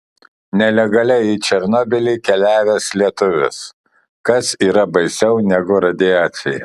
nelegaliai į černobylį keliavęs lietuvis kas yra baisiau negu radiacija